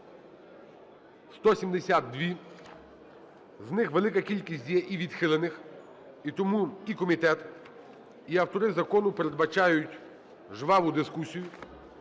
172. З них велика кількість є і відхилених. І тому і комітет, і автори закону передбачають жваву дискусію.